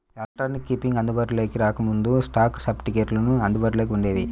electronic keeping అందుబాటులోకి రాకముందు, stock సర్టిఫికెట్లు అందుబాటులో వుండేవి